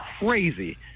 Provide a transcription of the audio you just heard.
crazy